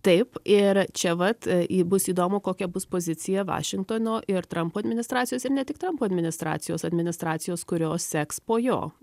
taip ir čia vat i bus įdomu kokia bus pozicija vašingtono ir trampo administracijos ir ne tik trampo administracijos administracijos kurios seks po jo